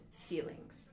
feelings